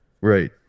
Right